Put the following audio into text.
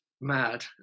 mad